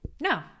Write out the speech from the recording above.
No